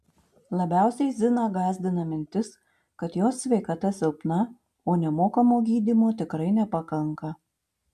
labiausiai ziną gąsdina mintis kad jos sveikata silpna o nemokamo gydymo tikrai nepakanka